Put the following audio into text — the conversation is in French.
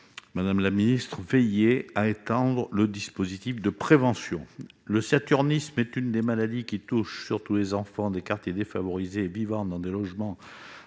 devons veiller à étendre le dispositif de prévention. Le saturnisme est une maladie qui touche surtout les enfants des quartiers défavorisés et ceux qui vivent dans des logements